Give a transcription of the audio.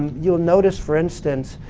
you'll notice, for instance,